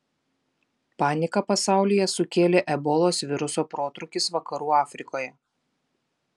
paniką pasaulyje sukėlė ebolos viruso protrūkis vakarų afrikoje